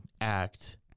act